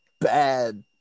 bad